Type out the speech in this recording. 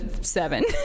seven